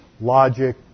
logic